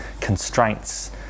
constraints